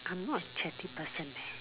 I am not a chatty person leh